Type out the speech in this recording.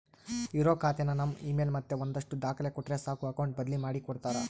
ಇರೋ ಖಾತೆನ ನಮ್ ಇಮೇಲ್ ಮತ್ತೆ ಒಂದಷ್ಟು ದಾಖಲೆ ಕೊಟ್ರೆ ಸಾಕು ಅಕೌಟ್ ಬದ್ಲಿ ಮಾಡಿ ಕೊಡ್ತಾರ